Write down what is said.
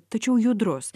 tačiau judrus